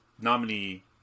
nominee